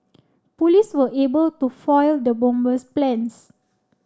police were able to foil the bomber's plans